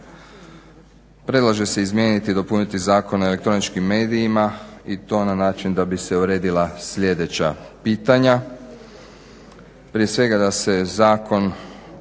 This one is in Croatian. Predlaže se izmijeniti i dopuniti Zakon o elektroničkim medijima i to na način da bi se uredila sljedeća pitanja. Prije svega da se Zakon